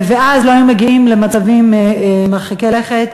ואז לא היינו מגיעים למצבים מרחיקי לכת.